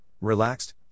Relaxed